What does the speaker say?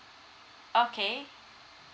okay